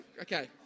Okay